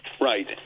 right